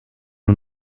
nur